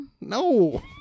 No